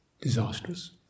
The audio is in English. disastrous